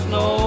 no